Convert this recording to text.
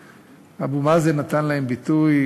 ואבו מאזן נתן להם ביטוי